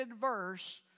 verse